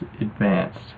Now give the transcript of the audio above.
advanced